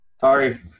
Sorry